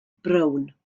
brown